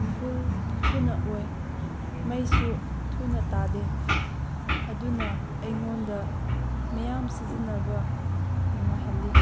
ꯐꯨꯜ ꯊꯨꯅ ꯑꯣꯏ ꯃꯩꯁꯨ ꯊꯨꯅ ꯇꯥꯗꯦ ꯑꯗꯨꯅ ꯑꯩꯉꯣꯟꯗ ꯃꯌꯥꯝ ꯁꯤꯖꯤꯟꯅꯕ ꯅꯨꯡꯉꯥꯏꯍꯜꯂꯤ